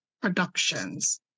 productions